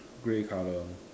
grey color one